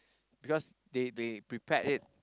because they they prepared it